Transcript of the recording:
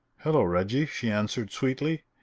hello, reggie! she answered sweetly.